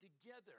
together